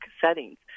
settings